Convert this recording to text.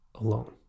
alone